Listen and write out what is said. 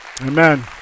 Amen